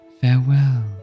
Farewell